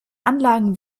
anlagen